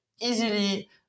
easily